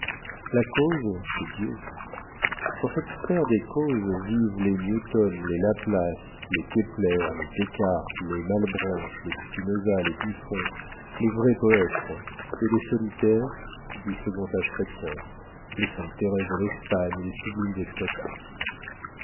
la cause c'est dieu dans cette sphère des causes vivent les newton les laplace les kepler les descartes les malebranche les spinosa les buffon les vrais poètes et les solitaires du second âge chrétien les sainte thérèse de l'espagne et les sublimes extatiques